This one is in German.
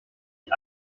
die